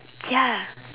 ya